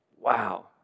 Wow